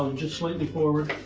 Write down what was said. um just slightly forward